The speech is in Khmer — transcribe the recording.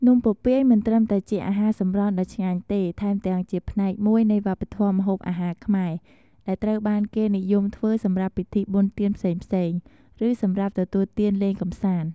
នំពពាយមិនត្រឹមតែជាអាហារសម្រន់ដ៏ឆ្ងាញ់ទេ ថែមទាំងជាផ្នែកមួយនៃវប្បធម៌ម្ហូបអាហារខ្មែរ ដែលត្រូវបានគេនិយមធ្វើសម្រាប់ពិធីបុណ្យទានផ្សេងៗ ឬសម្រាប់ទទួលទានលេងកម្សាន្ត។